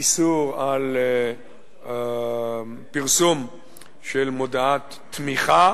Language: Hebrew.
איסור על פרסום של מודעת תמיכה